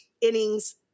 innings